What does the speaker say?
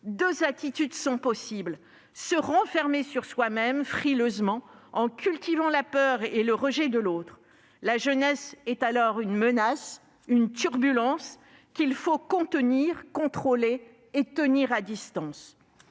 deux attitudes sont possibles. On peut se renfermer sur soi-même, frileusement, en cultivant la peur et le rejet de l'autre. La jeunesse est alors une menace, une turbulence qu'il faut contenir, contrôler et tenir à distance.